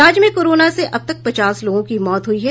राज्य में कोरोना से अब तक पचास लोगों की मौत हुई है